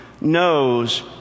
knows